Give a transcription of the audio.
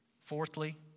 Fourthly